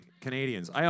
Canadians